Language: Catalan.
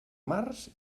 març